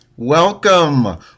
Welcome